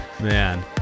Man